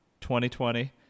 2020